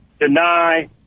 deny